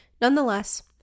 Nonetheless